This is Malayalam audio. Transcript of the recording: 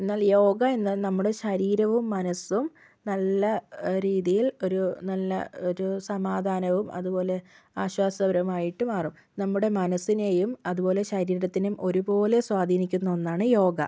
എന്നാൽ യോഗ എന്നാൽ നമ്മുടെ ശരീരവും മനസ്സും നല്ല രീതിയിൽ ഒരു നല്ല ഒരു സമാധാനവും അതുപോലെ ആശ്വാസകരമായിട്ട് മാറും നമ്മുടെ മനസ്സിനെയും അതുപോലെ ശരീരത്തിനും ഒരുപോലെ സ്വാധീനിക്കുന്ന ഒന്നാണ് യോഗ